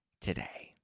today